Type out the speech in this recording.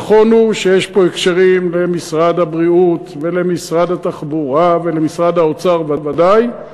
נכון שיש פה הקשרים עם משרד הבריאות ומשרד התחבורה ומשרד האוצר ודאי.